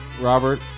Robert